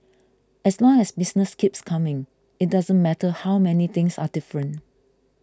as long as business keeps coming it doesn't matter how many things are different